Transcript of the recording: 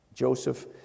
Joseph